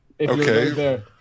Okay